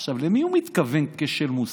עכשיו, למי הוא מתכוון בכשל מוסרי?